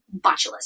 botulism